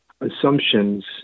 assumptions